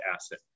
asset